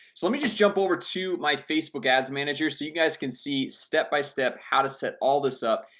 so let me just jump over to my facebook ads manager so you guys can see step by step how to set all this up.